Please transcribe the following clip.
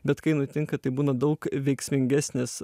bet kai nutinka tai būna daug veiksmingesnis